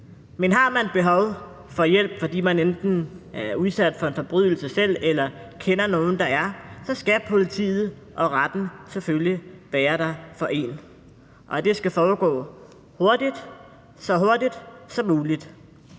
Men har man behov for hjælp, fordi man enten selv er udsat for en forbrydelse eller kender nogen, der er det, så skal politiet og retten selvfølgelig være der for en. Det skal foregå hurtigt – så hurtigt som muligt.